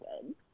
good